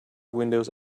windows